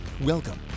Welcome